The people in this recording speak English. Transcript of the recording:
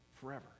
forever